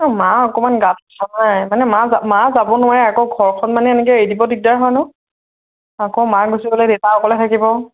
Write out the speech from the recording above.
এই মা অকণমান গাত নাই মানে মা মা যাব নোৱাৰে আকৌ ঘৰখন মানে এনেকে এৰি দিব দিগদাৰ হয় নো আকৌ মা গুচিগ'লে দেউতা অকলে থাকিব